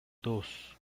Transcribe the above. dos